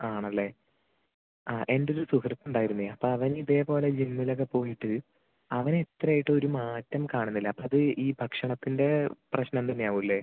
ആണല്ലെ ആ എൻ്റെ ഒരു സുഹൃത്ത് ഉണ്ടായിരിന്നു അപ്പം അവൻ ഇതേപോല ജിമ്മിൽ ഒക്കെ പോയിട്ട് അവന് എത്ര ആയിട്ടും ഒരു മാറ്റം കാണുന്നില്ല അപ്പം അത് ഈ ഭക്ഷണത്തിൻ്റെ പ്രശ്നം തന്നെ ആവും അല്ലെ